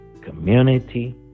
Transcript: community